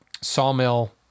sawmill